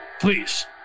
Please